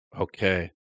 Okay